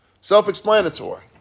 Self-explanatory